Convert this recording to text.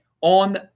on